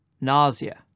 nausea